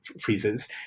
freezes